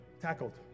tackled